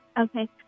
Okay